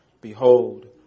Behold